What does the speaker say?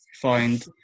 find